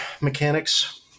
mechanics